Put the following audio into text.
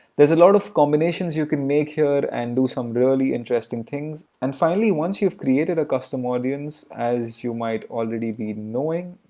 there's a lot of combinations you can make here and do some really interesting things. and finally once you've created a custom audience, as you might already be knowing,